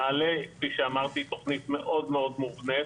נעל"ה כפי שאמרתי תכנית מאוד מובנית